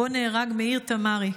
ובו נהרג מאיר תמרי.